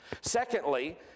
Secondly